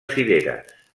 cireres